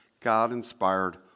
God-inspired